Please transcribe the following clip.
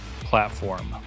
platform